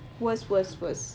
worst worst worst